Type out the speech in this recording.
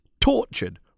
tortured